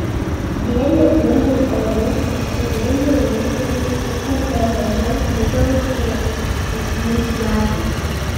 dėl lietingų orų cukriniai runkeliai sukaupė mažiau cukraus nei ankstesniais metais